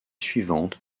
suivante